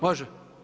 Može?